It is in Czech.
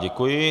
Děkuji.